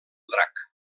drac